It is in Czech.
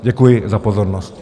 Děkuji za pozornost.